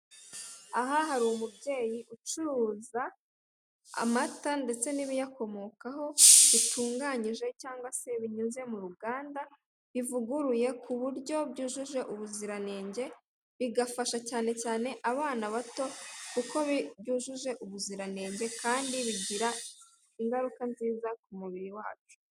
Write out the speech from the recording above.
Aha hari umubyeyi ucuruza amata ndetse n'ibiyakomokaho bitunganyije cyangwa se binyuze mu ruganda bivuguruye ku buryo byujuje ubuziranenge, bigafasha cyane cyane abana bato kuko byujuje ubuziranenge kandi bigira ingaruka nziza ku mubiri wacu.